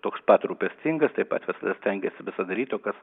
toks pat rūpestingas taip pat visada stengiasi visą daryt o kas